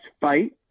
fight